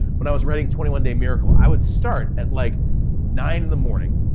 when i was writing twenty one day miracle, i would start at like nine in the morning.